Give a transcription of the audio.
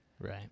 Right